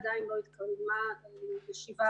עדיין לא התקיימה ישיבה